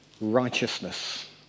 righteousness